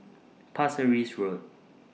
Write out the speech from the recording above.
Pasir Ris Road